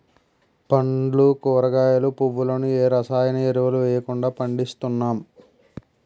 పండ్లు కూరగాయలు, పువ్వులను ఏ రసాయన ఎరువులు వెయ్యకుండా పండిస్తున్నాం